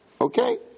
Okay